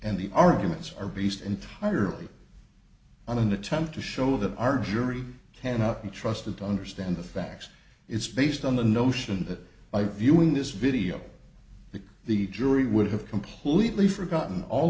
and the arguments are based entirely on an attempt to show that our jury cannot be trusted to understand the facts it's based on the notion that by viewing this video that the jury would have completely forgotten all